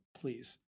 please